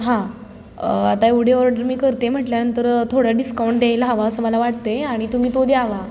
हां आता एवढी ऑर्ड मी करते म्हटल्यानंतर थोडं डिस्काउंट द्यायला हवा असं मला वाटतय आणि तुम्ही तो द्यावा